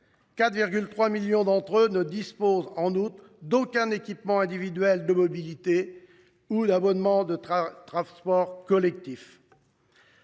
4,3 millions d’entre eux ne disposent d’aucun équipement individuel de mobilité ou d’abonnement à un transport collectif.